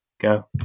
go